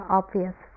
obvious